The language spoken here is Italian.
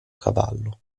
cavallo